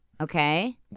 Okay